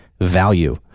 value